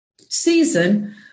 season